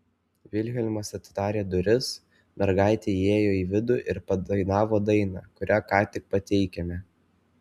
vilhelmas atidarė duris mergaitė įėjo į vidų ir padainavo dainą kurią ką tik pateikėme